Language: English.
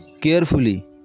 carefully